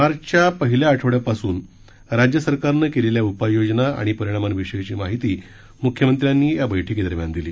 मार्चच्या पहिल्या आठवड्यापासून राज्य सरकारनं केलेल्या उपाययोजना आणि परिणांमीवषची माहिती मुख्यमंत्र्यांनी या बैठकीदरम्यान दिली